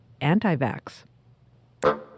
anti-vax